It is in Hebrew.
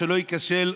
שלא ייכשל,